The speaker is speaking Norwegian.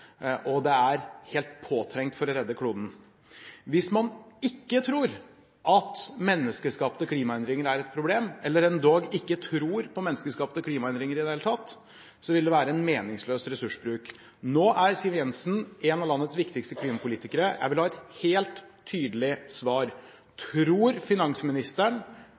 og det er helt påtrengende for å redde kloden. Hvis man ikke tror at menneskeskapte klimaendringer er et problem eller en endog ikke tror på menneskeskapte klimaendringer i det hele tatt, vil det være en meningsløs ressursbruk. Nå er Siv Jensen en av landets viktigste klimapolitikere. Jeg vil ha et helt tydelig svar. Tror finansministeren